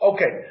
Okay